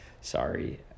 Sorry